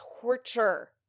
torture